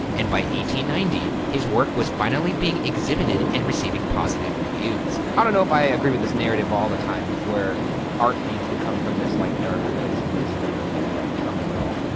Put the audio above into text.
and ninety, his work was finally being exhibited and receiving positive reviews. i don't know if i agree with this narrative all the time where art needs to come from this like, darker place of misery, or maybe like turmoil.